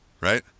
right